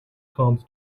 comes